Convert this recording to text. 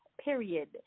period